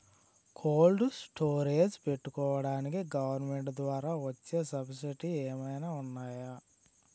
Cold storage పెట్టుకోడానికి government ద్వారా వచ్చే సబ్సిడీ ఏమైనా ఉన్నాయా?